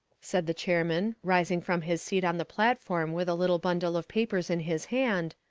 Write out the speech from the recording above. said the chairman, rising from his seat on the platform with a little bundle of papers in his hand,